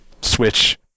switch